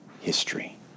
history